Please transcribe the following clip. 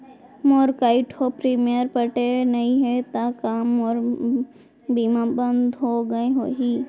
मोर कई ठो प्रीमियम पटे नई हे ता का मोर बीमा बंद हो गए होही?